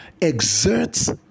exerts